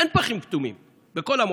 אין פחים כתומים בכל המועצה.